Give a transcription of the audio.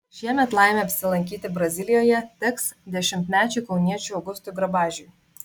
šiemet laimė apsilankyti brazilijoje teks dešimtmečiam kauniečiui augustui grabažiui